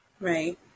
Right